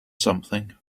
something